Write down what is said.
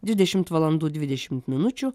dvidešimt valandų dvidešimt minučių